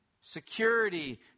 security